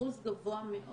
אחוז גבוה מאוד